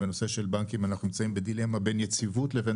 בנושא של בנקים אנחנו נמצאים בדילמה בין יציבות לבין